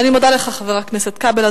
אני מודה לך, חבר הכנסת כבל.